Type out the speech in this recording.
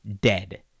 dead